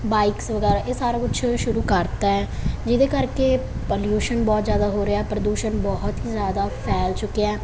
bikes ਵਗੈਰਾ ਇਹ ਸਾਰਾ ਕੁਛ ਸ਼ੁਰੂ ਕਰਤਾ ਜਿਹਦੇ ਕਰਕੇ ਪੋਲਿਊਸ਼ਨ ਬਹੁਤ ਜਿਆਦਾ ਹੋ ਰਿਹਾ ਪ੍ਰਦੂਸ਼ਣ ਬਹੁਤ ਹੀ ਜਿਆਦਾ ਫੈਲ ਚੁੱਕਿਆ